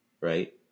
right